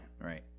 Right